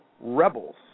rebels